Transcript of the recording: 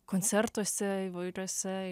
koncertuose įvairiuose